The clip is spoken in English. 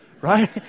right